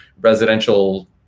residential